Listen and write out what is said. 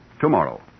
tomorrow